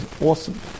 awesome